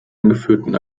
angeführten